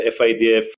FIDF